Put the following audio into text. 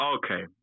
okay